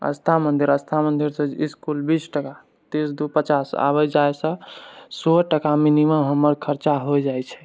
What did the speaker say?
आस्था मन्दिर आस्था मन्दिरसँ इसकुल बीस टका तीस दू पचास आबए जाएसँ सए टका मिनिमम हमर खर्चा हो जाइ छै